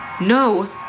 No